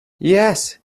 yes